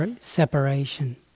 separation